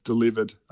Delivered